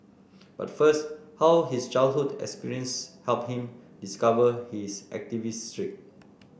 but first how his childhood experiences helped him discover his activist streak